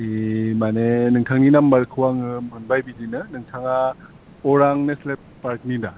ओइ माने नोंथांनि नाम्बारखौ मोनबाय बिदिनो नोंथाङा अरां नेसेनेल पार्कनि दा